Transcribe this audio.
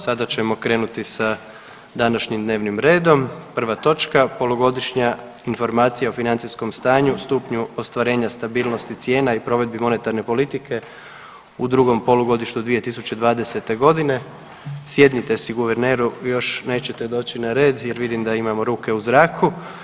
Sada ćemo krenuti sa današnjim dnevnim redom, prva točka: - Polugodišnja informacija o financijskom stanju, stupnju ostvarenja stabilnosti cijena i provedbe monetarne politike u drugom polugodištu 2020.g. Sjednite si guverneru još nećete doći na red jer vidim da imamo ruke u zraku.